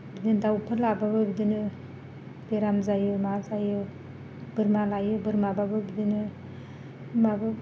बिदिनो दाउफोर लाबाबो बिदिनो बेराम जायो मा जायो बोरमा लायो बोरमाबाबो बिदिनो माबा